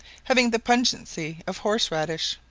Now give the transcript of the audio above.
having the pungency of horseradish.